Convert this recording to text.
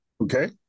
Okay